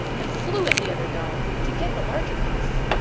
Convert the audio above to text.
and flew at the other dog to get the larger piece.